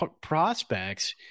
prospects